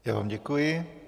Já vám děkuji.